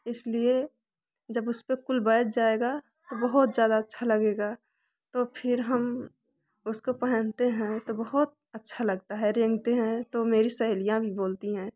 इसलिए जब उसपे कुल बैठ जाएगा तो बहुत ज़्यादा अच्छा लगेगा तो फिर हम उसको पहनते है तो बहुत अच्छा लगता है रेंगते हैं तो मेरी सहेलियाँ भी बोलती हैं